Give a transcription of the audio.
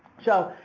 so,